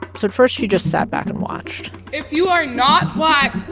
so at first, she just sat back and watched if you are not black,